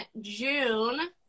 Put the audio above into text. June